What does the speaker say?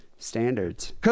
Standards